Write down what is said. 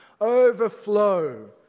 overflow